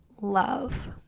love